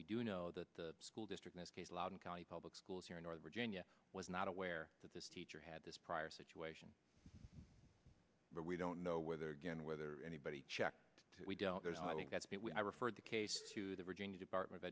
we do know that the school district this case loudoun county public schools here in northern virginia was not aware that this teacher had this prior situation but we don't know whether again whether anybody checked we don't there's i think that's been referred the case to the virginia department of